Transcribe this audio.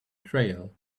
trail